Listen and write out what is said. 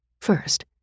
First